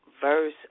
verse